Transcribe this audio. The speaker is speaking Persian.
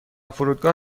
فرودگاه